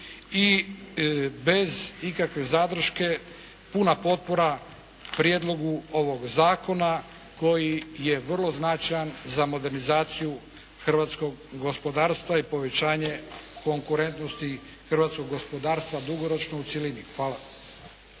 i bez ikakve zadrške puna potpora prijedlogu ovog zakona koji je vrlo značajan za modernizaciju hrvatskog gospodarstva i povećanje konkurentnosti hrvatskog gospodarstva dugoročno u cjelini. Hvala.